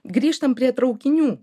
grįžtam prie traukinių